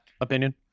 opinion